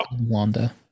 Wanda